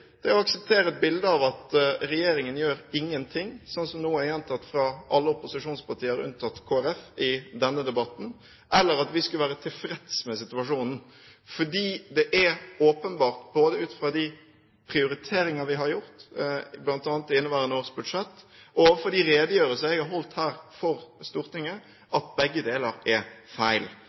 er å akseptere et bilde av at regjeringen ikke gjør noen ting, sånn som det nå er gjentatt fra alle opposisjonspartier – unntatt Kristelig Folkeparti – i denne debatten, eller at vi skulle være tilfreds med situasjonen. For det er åpenbart, både ut fra de prioriteringer vi har gjort bl.a. i inneværende års budsjett og ut fra de redegjørelser jeg har holdt her for Stortinget, at begge deler er feil.